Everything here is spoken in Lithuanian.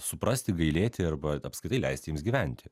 suprasti gailėti arba apskritai leisti jiems gyventi